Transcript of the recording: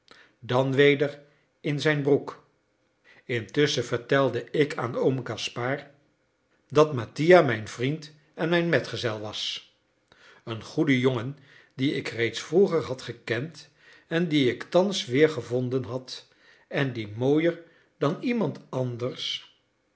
dan weder in zijn broek intusschen vertelde ik aan oom gaspard dat mattia mijn vriend en mijn metgezel was een goede jongen dien ik reeds vroeger had gekend en dien ik thans weergevonden had en die mooier dan iemand anders